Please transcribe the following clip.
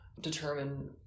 determine